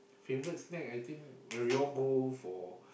favorite snack I think when we all go for